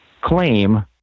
claim